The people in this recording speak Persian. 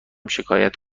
شکایت